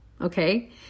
okay